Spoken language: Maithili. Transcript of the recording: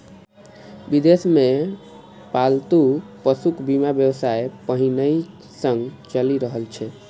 विदेश मे पालतू पशुक बीमा व्यवसाय पहिनहि सं चलि रहल छै